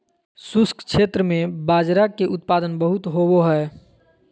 शुष्क क्षेत्र में बाजरा के उत्पादन बहुत होवो हय